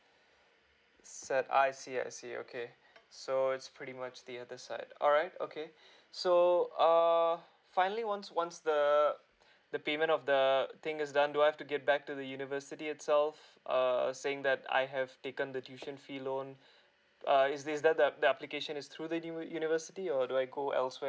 sad I see I see okay so it's pretty much the other side alright okay so uh finally once once the the payment of the the thing is done do I have to get back to university itself err saying that I have taken the tuition fee loan uh is is that the the application is through the new university or do I go elsewhere